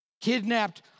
Kidnapped